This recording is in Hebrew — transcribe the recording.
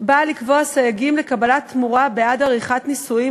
באה לקבוע סייגים לקבלת תמורה בעד עריכת נישואים